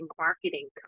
marketing